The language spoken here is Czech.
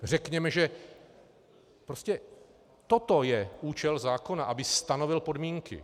Řekněme, že prostě toto je účel zákona, aby stanovil podmínky.